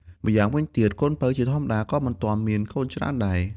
ម្យ៉ាងវិញទៀត កូនពៅជាធម្មតា ក៏មិនទាន់មានកូនច្រើនដែរ។